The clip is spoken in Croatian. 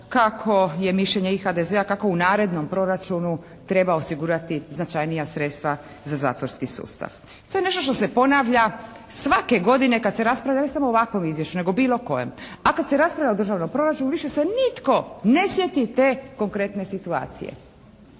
kako je mišljenje i HDZ-a, kako u narednom proračunu treba osigurati značajnija sredstva za zatvorski sustav. I to je nešto što se ponavlja svake godine kada se raspravlja ne samo o ovakvom izvješću nego o bilo kojem, a kada se raspravlja o državnom proračunu više se nitko ne sjeti te konkretne situacije.